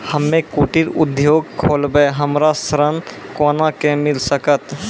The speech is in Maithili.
हम्मे कुटीर उद्योग खोलबै हमरा ऋण कोना के मिल सकत?